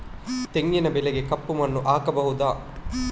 ತೆಂಗಿನ ಬೆಳೆಗೆ ಕಪ್ಪು ಮಣ್ಣು ಆಗ್ಬಹುದಾ?